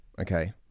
okay